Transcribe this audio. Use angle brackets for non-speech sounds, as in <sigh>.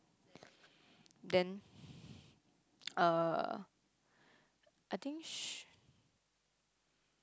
then <breath> uh I think she